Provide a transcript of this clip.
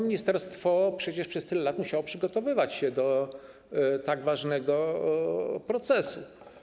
Ministerstwo przecież przez tyle lat musiało przygotowywać się do tak ważnego procesu.